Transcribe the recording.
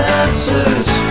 answers